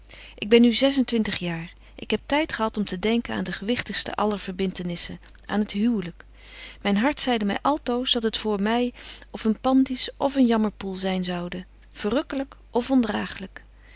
ik ben nu zes en twintig jaar ik heb tyd gehad om te denken aan de gewigtigste aller verbintenissen aan het huwlyk myn hart zeide my altoos dat het voor my of een pandys of een jammerpoel zyn zoude verrukkelyk of